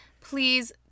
please